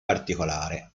particolare